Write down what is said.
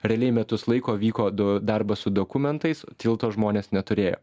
realiai metus laiko vyko du darbas su dokumentais tilto žmonės neturėjo